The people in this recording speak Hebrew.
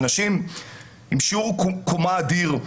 אנשים בעלי שיעור קומה אדיר,